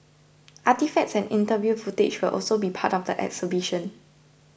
artefacts and interview footage will also be part of the exhibition